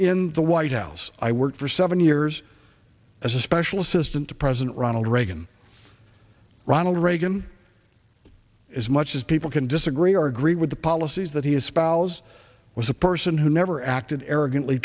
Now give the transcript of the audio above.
in the white house i worked for seven years as a special assistant to president ronald reagan ronald reagan as much as people can disagree or agree with the policies that he espoused was a person who never acted arrogant